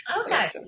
Okay